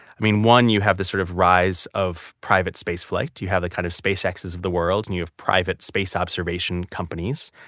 i mean one you have the sort of rise of private space flight. you you have the kind of space x's of the world and you have private space observation companies.